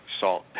salt